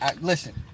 Listen